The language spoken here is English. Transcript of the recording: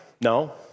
no